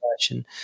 version